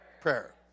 prayer